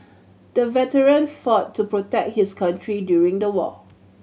the veteran fought to protect his country during the war